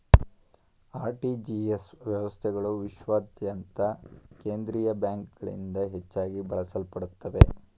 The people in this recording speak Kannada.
ಆರ್.ಟಿ.ಜಿ.ಎಸ್ ವ್ಯವಸ್ಥೆಗಳು ವಿಶ್ವಾದ್ಯಂತ ಕೇಂದ್ರೀಯ ಬ್ಯಾಂಕ್ಗಳಿಂದ ಹೆಚ್ಚಾಗಿ ಬಳಸಲ್ಪಡುತ್ತವೆ